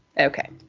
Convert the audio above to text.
Okay